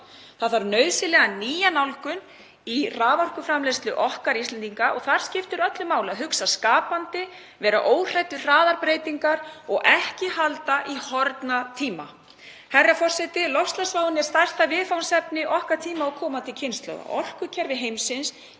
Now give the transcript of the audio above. Það þarf nauðsynlega nýja nálgun í raforkuframleiðslu okkar Íslendinga og þar skiptir öllu máli að hugsa skapandi, vera óhrædd við hraðar breytingar og að halda ekki í horfna tíma. Herra forseti. Loftslagsváin er stærsta viðfangsefni okkar tíma og komandi kynslóða. Orkukerfi heimsins